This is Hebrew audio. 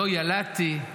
לא ילדתי.